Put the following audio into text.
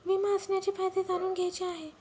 विमा असण्याचे फायदे जाणून घ्यायचे आहे